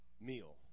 meal